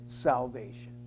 salvation